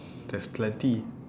there's plenty